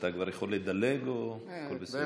אדוני.